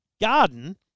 garden